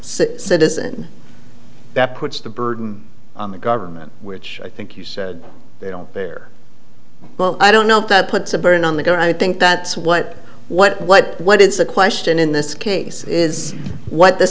citizen that puts the burden on the government which i think you said they don't bear well i don't know if that puts a burden on the go i think that's what what what what it's a question in this case is what the